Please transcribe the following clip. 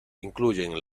incluyen